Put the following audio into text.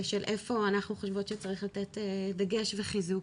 של איפה אנחנו חושבות שצריך לתת דגש וחיזוק.